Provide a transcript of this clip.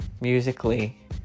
musically